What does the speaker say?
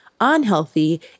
Unhealthy